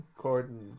Corden